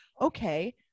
okay